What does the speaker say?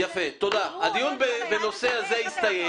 תודה, הדיון בנושא הזה הסתיים.